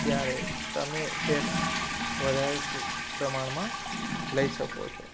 ત્યારે તમે શેર વધારે પ્રમાણમાં લઈ શકો છો